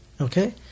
okay